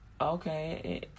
okay